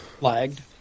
lagged